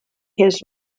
his